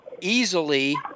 easily